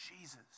Jesus